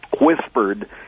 whispered